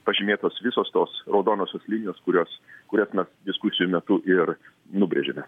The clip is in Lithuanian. pažymėtos visos tos raudonosios linijos kurios kurias mes diskusijų metu ir nubrėžėme